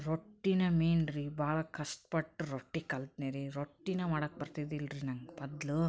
ರೊಟ್ಟಿಯೇ main ರೀ ಭಾಳ ಕಷ್ಟಪಟ್ಟು ರೊಟ್ಟಿ ಕಲ್ತ್ನೀ ರೀ ರೊಟ್ಟಿನೇ ಮಾಡಕ್ಕೆ ಬರ್ತಿದ್ದಿಲ್ಲ ರೀ ನಂಗೆ ಮೊದಲು